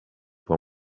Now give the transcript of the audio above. for